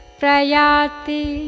prayati